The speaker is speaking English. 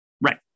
Right